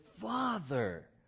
father